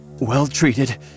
well-treated